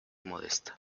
modesta